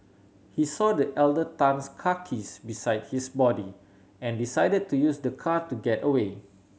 he saw the elder Tan's car keys beside his body and decided to use the car to get away